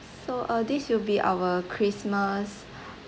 so uh this will be our christmas